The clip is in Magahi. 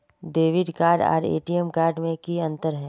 डेबिट कार्ड आर टी.एम कार्ड में की अंतर है?